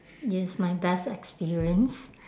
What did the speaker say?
it is my best experience